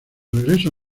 regreso